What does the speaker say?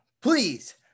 please